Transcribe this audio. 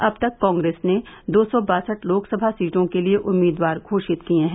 अब तक कांग्रेस ने दो सौ बासठ लोकसभा सीटों के लिए उम्मीदवार घोषित किए हैं